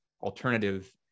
alternative